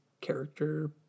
character